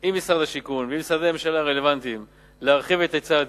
עם משרד השיכון ועם משרדי הממשלה הרלוונטיים להרחיב את היצע הדיור.